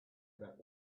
back